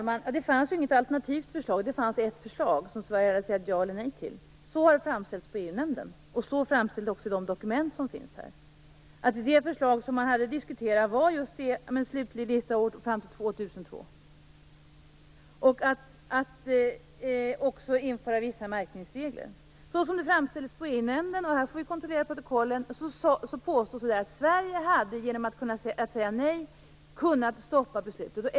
Fru talman! Det fanns ju inget alternativt förslag. Det fanns ett förslag som Sverige hade att säga ja eller nej till. Så har det framställts i EU-nämnden, och så framställs det också i de dokument som finns här. Det förslag som man hade att diskutera var just detta om en slutlig lista fram till 2002. Dessutom handlade det om att införa vissa märkningsregler. Så som det framställdes i EU-nämnden - här får vi kontrollera protokollen - hade Sverige, genom att säga nej, kunnat stoppa beslutet.